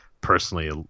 personally